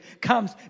comes